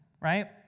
right